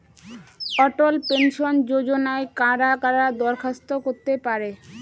অটল pension যোজনায় কারা কারা দরখাস্ত করতে পারে?